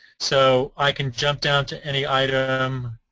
so i could jump down to any item,